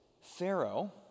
Pharaoh